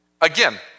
again